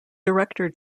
director